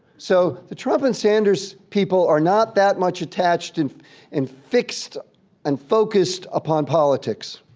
so, the trump and sanders people are not that much attached and and fixed and focused upon politics.